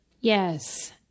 Yes